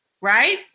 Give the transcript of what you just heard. right